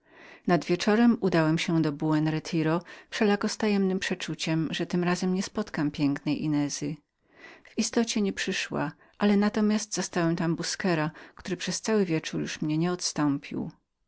nad wieczorem udałem się do buen retiro wszelako z tajemnem przeczuciem że tym razem nie spotkam mojej nieznajomej w istocie nie przyszła ale natomiast zastałem tam busquera który przez cały wieczór już mnie nie odstąpił